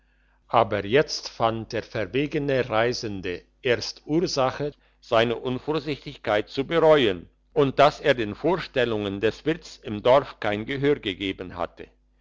aber jetzt fand der verwegene reisende erst ursache seine unvorsichtigkeit zu bereuen und dass er den vorstellungen des wirts im dorf kein gehör gegeben hatte